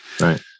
Right